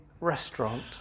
restaurant